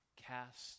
Cast